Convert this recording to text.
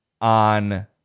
on